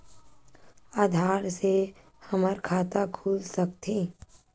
आधार से हमर खाता खुल सकत हे?